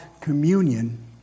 communion